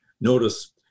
Notice